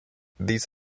these